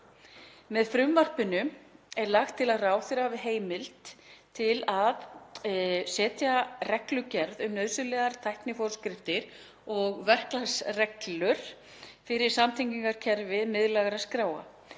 Með frumvarpinu er lagt til að ráðherra hafi heimild til að setja reglugerð um nauðsynlegar tækniforskriftir og verklagsreglur fyrir samtengingarkerfi miðlægra skráa